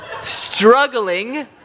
struggling